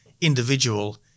individual